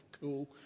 cool